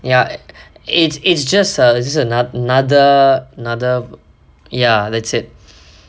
ya it's it's just a it's just another another another ya that's it